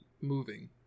moving